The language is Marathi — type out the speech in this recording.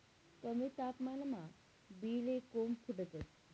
कमी तापमानमा बी ले कोम फुटतंस